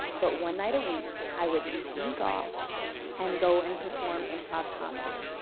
but one night a week i would sneak off and go and perform improv comedy.